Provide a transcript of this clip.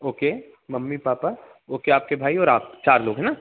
okay mummy papa okay आपके भाई और आप चार लोग है न